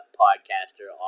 podcaster